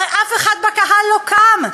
הרי אף אחד בקהל לא קם.